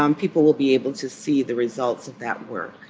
um people will be able to see the results of that work.